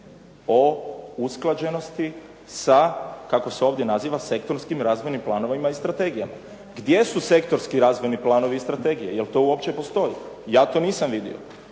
o usklađenosti sa kako se ovdje naziva sektorskim razvojnim planovima i strategijama. Gdje su sektorski razvojni planovi i strategije, je li to uopće postoji? Ja to nisam vidio.